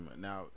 Now